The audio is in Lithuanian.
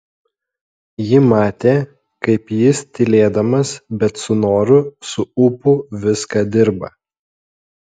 ji matė kaip jis tylėdamas bet su noru su ūpu viską dirba